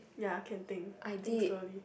ya can think think slowly